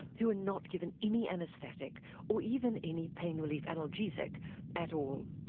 who are not given any anaesthetic or even any pain relief analgesic at all.